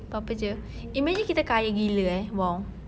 apa-apa jer imagine kita kaya gila eh !wow!